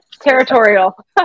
Territorial